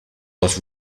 was